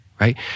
right